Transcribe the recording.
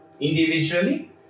Individually